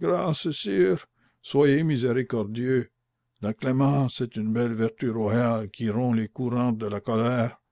grâce sire soyez miséricordieux la clémence est une belle vertu royale qui rompt les courantes de la colère